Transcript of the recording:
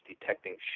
detecting